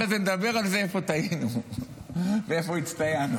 אחרי זה נדבר על זה איפה טעינו ואיפה הצטיינו.